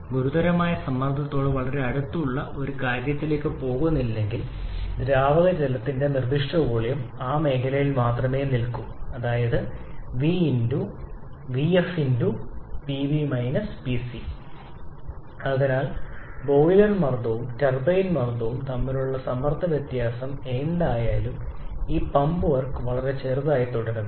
ഗുരുതരമായ സമ്മർദ്ദത്തോട് വളരെ അടുത്തുള്ള ഒരു കാര്യത്തിലേക്ക് പോകുന്നില്ലെങ്കിൽ ദ്രാവകജലത്തിന്റെ നിർദ്ദിഷ്ട വോളിയം ആ മേഖലയിൽ മാത്രമേ നിലനിൽക്കൂ ≈ 𝑣𝑓𝑃𝐵 𝑃𝐶 അതിനാൽ ബോയിലർ മർദ്ദവും ടർബൈൻമർദ്ദവും തമ്മിലുള്ള സമ്മർദ്ദ വ്യത്യാസം എന്തായാലും ഈ പമ്പ് വർക്ക് വളരെ ചെറുതായി തുടരുന്നു